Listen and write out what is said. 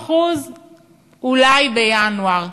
ב-50% אולי בינואר.